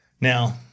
Now